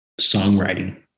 songwriting